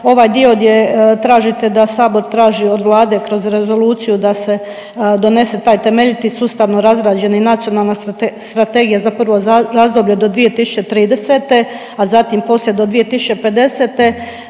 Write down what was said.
ovaj dio gdje tražite da Sabor traži od Vlade kroz rezoluciju da se donese taj temeljiti sustavno razrađeni nacionalna strategija za prvo razdoblje do 2030., a zatim poslije do 2050.